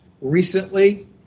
recently